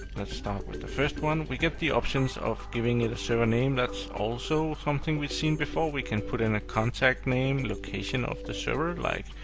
let's start with the first one. we get the options of giving it a server name. that's also something we've seen before. we can put in a contact name, location of the server, like